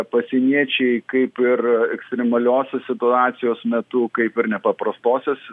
pasieniečiai kaip ir ekstremaliosios situacijos metu kaip ir nepaprastosios